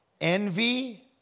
envy